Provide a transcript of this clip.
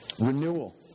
Renewal